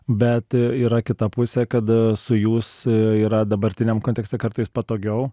bet yra kita pusė kad su jūs yra dabartiniam kontekste kartais patogiau